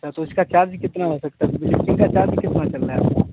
अच्छा तो इसका चार्ज कितना हो सकता बिलीचिंग का चार्ज कितना चल रहा